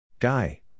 Guy